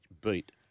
beat